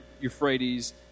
Euphrates